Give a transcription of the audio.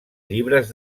llibres